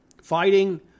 fighting